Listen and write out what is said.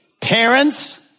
Parents